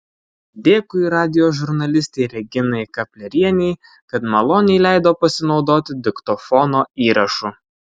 dėkui radijo žurnalistei reginai kaplerienei kad maloniai leido pasinaudoti diktofono įrašu